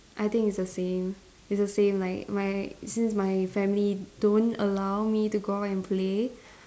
I think it's the same it's the same like my since my family don't allow me to go out and play